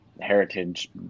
Heritage